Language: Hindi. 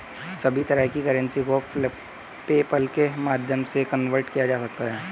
सभी तरह की करेंसी को पेपल्के माध्यम से कन्वर्ट किया जा सकता है